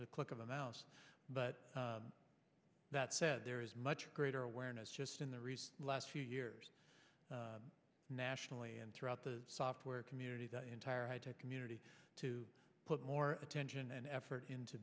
the click of a mouse but that said there is much greater awareness just in the last few years nationally and throughout the software community the entire community to put more attention and effort into